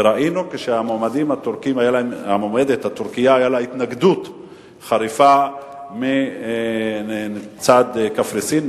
ראינו שלמועמדת הטורקייה היתה התנגדות חריפה מצד קפריסין,